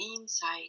insight